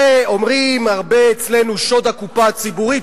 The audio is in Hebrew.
אומרים הרבה אצלנו "שוד הקופה הציבורית",